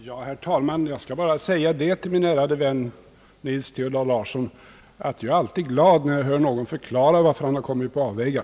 Herr talman! Jag skall bara säga till min ärade vän Nils Theodor Larsson att jag alltid är glad när någon förklarar varför han kommit på avvägar.